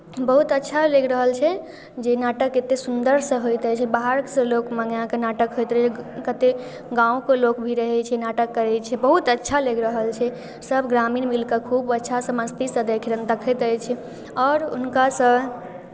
बहुत अच्छा लागि रहल छै जे नाटक एतेक सुन्दरसँ होइत अछि बाहरसँ लोक मङ्गाए कऽ नाटक होइत रहै कतेक गामके लोक भी रहैत छै नाटक करै छै बहुत अच्छा लागि रहल छै सभ ग्रामीण मिलि कऽ खूब अच्छासँ मस्तीसँ देख देखैत रहै छी आओर हुनकासँ